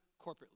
corporately